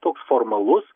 toks formalus